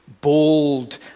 bold